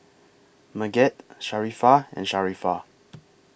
Megat Sharifah and Sharifah